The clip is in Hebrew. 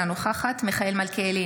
אינה נוכחת מיכאל מלכיאלי,